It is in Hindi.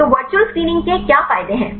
तो वर्चुअल स्क्रीनिंग के क्या फायदे हैं